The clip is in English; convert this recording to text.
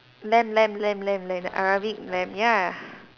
lamp lamp lamp lamp lamp the Arabic lamp ya